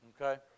Okay